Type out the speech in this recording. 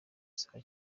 sawa